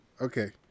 Okay